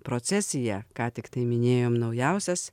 procesija ką tik minėjom naujausias